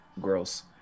gross